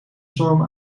storm